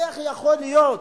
איך יכול להיות,